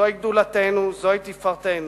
זוהי גדולתנו, זוהי תפארתנו,